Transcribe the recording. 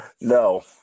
No